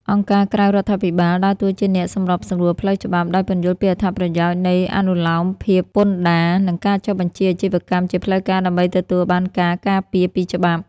អង្គការក្រៅរដ្ឋាភិបាលដើរតួជាអ្នកសម្របសម្រួលផ្លូវច្បាប់ ដោយពន្យល់ពីអត្ថប្រយោជន៍នៃអនុលោមភាពពន្ធដារ និងការចុះបញ្ជីអាជីវកម្មជាផ្លូវការ ដើម្បីទទួលបានការការពារពីច្បាប់។